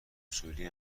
سوری